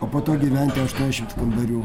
o po to gyventi aštuoniasdešimt kambarių